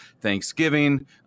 Thanksgiving